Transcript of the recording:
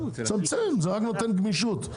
זה נותן גמישות.